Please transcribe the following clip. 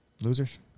Losers